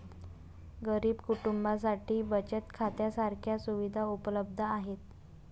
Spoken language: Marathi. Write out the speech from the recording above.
गरीब कुटुंबांसाठी बचत खात्या सारख्या सुविधा उपलब्ध आहेत